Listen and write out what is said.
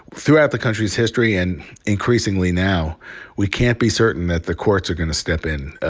throughout the country's history and increasingly now we can't be certain that the courts are going to step in. ah